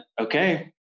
okay